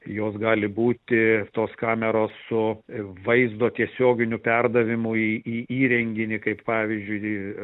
jos gali būti tos kameros su vaizdo tiesioginiu perdavimu į įrenginį kaip pavyzdžiui